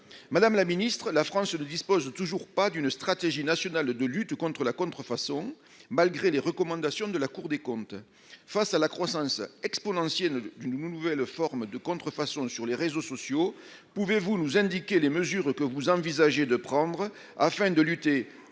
de droits. La France ne dispose toujours pas d'une stratégie nationale de lutte contre la contrefaçon, malgré les recommandations de la Cour des comptes. Face à la croissance exponentielle d'une nouvelle forme de contrefaçon sur les réseaux sociaux, pouvez-vous nous indiquer les mesures que vous envisagez de prendre afin de lutter